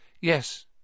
Yes